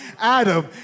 Adam